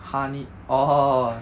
honey orh